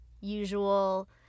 usual